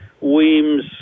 Weems